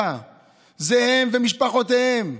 זה הם ומשפחותיהם.